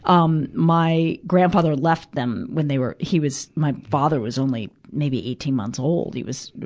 um, my grandfather left them when they were, he was, my father was only, maybe eighteen months old, he was,